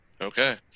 Okay